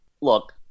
Look